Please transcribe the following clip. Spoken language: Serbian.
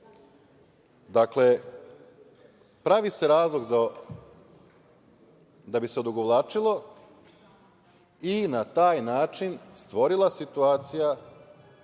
Dakle, pravi se razlog da bi se odugovlačilo i na taj način stvorila situacija